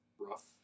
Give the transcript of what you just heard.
rough